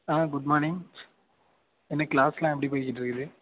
ஆ good morning என்ன க்ளாஸ்லாம் எப்படி போயிகிட்டுருக்குது